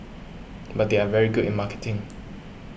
but they are very good in marketing